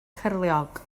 cyrliog